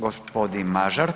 Gospodin Mažar.